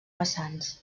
vessants